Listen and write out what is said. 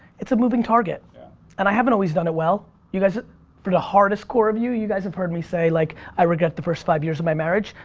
it's a moving target and i haven't always done it well. you guys, for the hardest core of you, you guys have heard me say like i regret the first five years of my marriage.